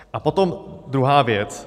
A potom druhá věc.